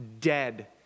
dead